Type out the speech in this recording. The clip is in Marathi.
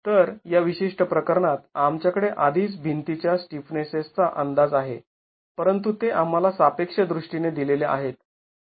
तर या विशिष्ट प्रकरणात आमच्याकडे आधीच भिंती च्या स्टिफनेसेसचा अंदाज आहे परंतु ते आम्हाला सापेक्ष दृष्टीने दिलेले आहेत